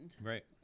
Right